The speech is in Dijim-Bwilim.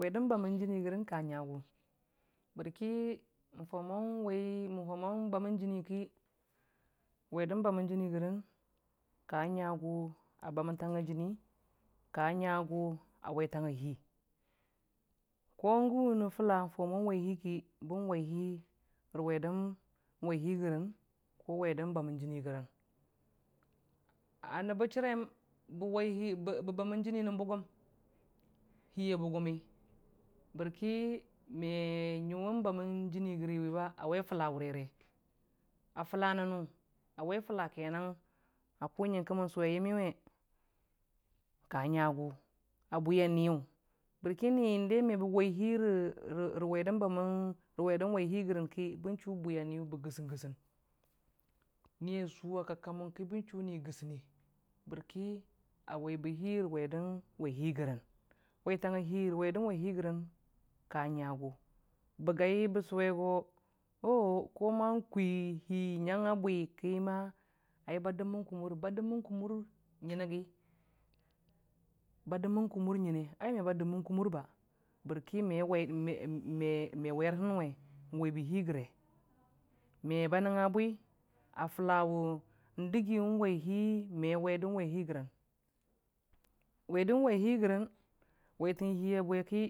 Wer dən bamən jəni gəran ka ngagu bərki mən fau mon wai mən faʊ mon bamən dʊte ki gre wer də bəmən jəni, gərən ka ngagu a baməntəng a jəni ka ngagu a waitang a hi ko gən wʊne fʊla mən faʊ mo wai hi ki kən wai ko wer dən wai hi gərən ko dən bamən dʊte gərən, a nəbbə chərem bb bawai hi bə bamən dʊte ra bʊgʊm rə hi a bʊgʊmmi bərki me ngu bamən jəni gəri a wai fʊla wʊre re a fʊla nənnʊn a wai fʊla a kʊ ngənke mən sʊwe yəmmi we ka ngəgʊ na bwi yaniyʊ bərki ni me bə wai hi rə hi a bʊgʊm mi ki bwi bə gɨsən- gɨsən ni a sʊ a kakkamʊngki bən chu ni gəsənne bərki a wai bə hi rə wer dən wai hi rəgən waitang a hi rə wer dən wai hi gərən ka ngagu bagi bə sʊwe go oo koma kwi hi ngan a bwi ki ma ba dəmən kumur ai ba dəmən kumur ba dəmmən kumur go ngəne gi me en wer dən wai gənənki me ba dəbmən kumur me ba nəngnga bwi a fʊla wʊ dəgi mən wai hi me wer dən wai hi gərən, wer dən wai hi gərən waitən hi gra bwe ki.